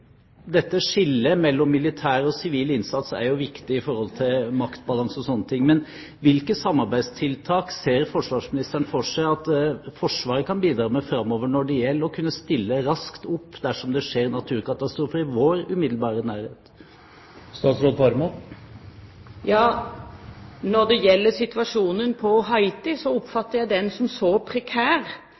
Dette skillet mellom militær og sivil innsats er jo viktig når det gjelder maktbalanse og sånne ting, men hvilke samarbeidstiltak ser forsvarsministeren for seg at Forsvaret kan bidra med framover når det gjelder å kunne stille raskt opp dersom det skjer naturkatastrofer i vår umiddelbare nærhet? Når det gjelder situasjonen på Haiti, oppfatter jeg den som så prekær